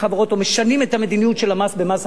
או משנים את המדיניות של המס במס החברות.